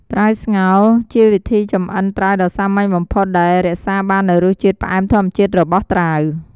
ត្រាវស្ងោរ ជាវិធីចម្អិនត្រាវដ៏សាមញ្ញបំផុតដែលរក្សាបាននូវរសជាតិផ្អែមធម្មជាតិរបស់ត្រាវ។